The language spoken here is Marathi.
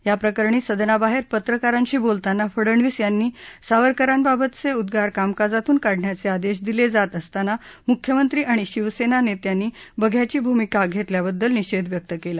या प्रकरणी सदनाबाहेर पत्रकारांशी बोलताना फडणवीस यांनी सावरकरांबाबतचे उद्वार कामकाजातून काढण्याचे आदेश दिले जात असताना मुख्यमंत्री आणि शिवसेना नेत्यांनी बघ्याची भूमिका घेतल्याबद्दल निषेध व्यक्त केला